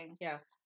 Yes